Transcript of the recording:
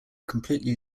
completely